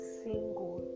single